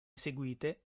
eseguite